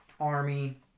army